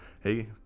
Hey